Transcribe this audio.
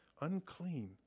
unclean